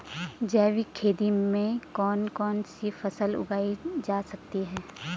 जैविक खेती में कौन कौन सी फसल उगाई जा सकती है?